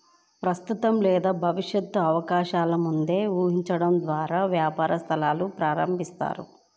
ప్రస్తుత లేదా భవిష్యత్తు అవకాశాలను ముందే ఊహించడం ద్వారా వ్యాపార సంస్థను ప్రారంభిస్తారు